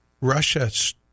Russia